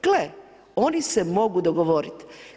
Gle, oni se mogu dogovoriti.